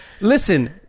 listen